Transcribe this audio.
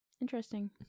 interesting